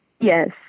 Yes